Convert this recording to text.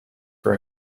for